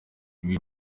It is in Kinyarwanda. ibi